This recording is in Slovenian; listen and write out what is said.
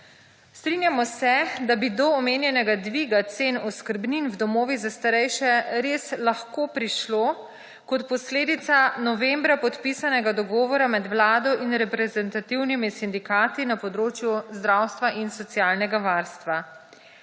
Strinjamo se, da bi do omenjenega dviga cen oskrbnin v domovih za starejše res lahko prišlo kot posledica novembra podpisanega dogovora med Vlado in reprezentativnimi sindikati na področju zdravstva in socialnega varstva.